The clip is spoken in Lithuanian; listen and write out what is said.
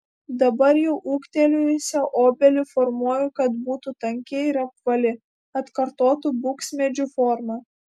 dabar jau ūgtelėjusią obelį formuoju kad būtų tanki ir apvali atkartotų buksmedžių formą